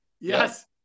Yes